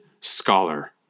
scholar